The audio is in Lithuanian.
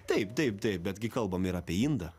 taip taip taip bet gi kalbame ir apie indą